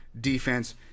defense